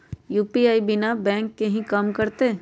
UPI बिना bank के भी कम करतै?